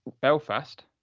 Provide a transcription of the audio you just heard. Belfast